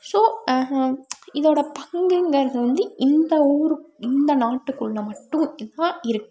so இதோடய பங்குங்கிறது வந்து இந்த ஊர் இந்த நாட்டுக்குள்ளே மட்டும் தான் இருக்குது